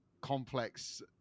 complex